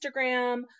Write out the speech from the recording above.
Instagram